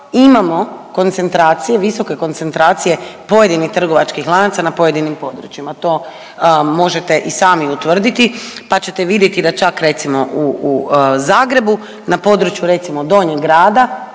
imamo koncentracije, visoke koncentracije pojedinih trgovačkih lanaca na pojedinim područjima. To možete i sami utvrditi, pa ćete vidjeti da čak recimo u, u Zagrebu na području recimo Donjeg grada